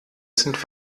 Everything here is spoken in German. sind